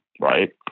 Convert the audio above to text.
right